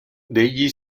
degli